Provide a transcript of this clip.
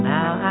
Now